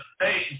Hey